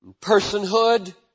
personhood